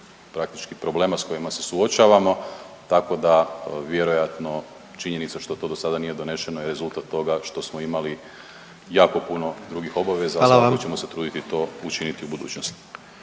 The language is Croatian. praktički problema s kojima se suočavamo tako da vjerojatno činjenica što to dosada nije donešeno je rezultat toga što smo imali jako puno drugih obaveza …/Upadica: Hvala vam./… a svakako ćemo se truditi to učiniti u budućnosti.